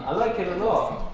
ah like it a lot.